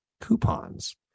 coupons